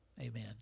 Amen